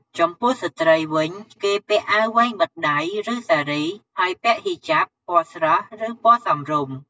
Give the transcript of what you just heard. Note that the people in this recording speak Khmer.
ចំពោះស្ត្រីវិញ គេពាក់អាវវែងបិទដៃ ឬ សារី ហើយពាក់ហ៊ីជាប ពណ៌ស្រស់ ឬ ពណ៌សមរម្យ។